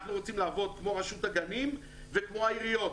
אנחנו רוצים לעבוד כמו רשות הגנים וכמו העיריות.